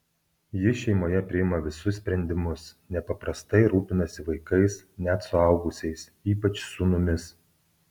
ji šeimoje priima visus sprendimus nepaprastai rūpinasi vaikais net suaugusiais ypač sūnumis